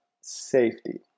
safety